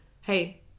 Hey